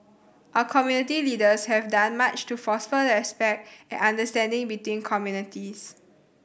our community leaders have done much to foster respect and understanding between communities